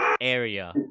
area